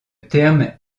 terme